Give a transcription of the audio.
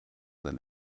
than